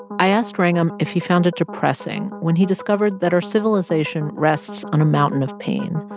i asked wrangham if he found it depressing when he discovered that our civilization rests on a mountain of pain.